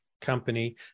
company